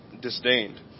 disdained